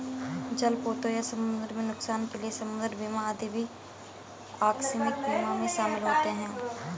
जलपोतों या समुद्र में नुकसान के लिए समुद्र बीमा आदि भी आकस्मिक बीमा में शामिल होते हैं